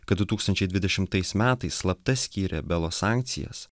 kad du tūkstančiai dvidešimtais metais slapta skyrė belo sankcijas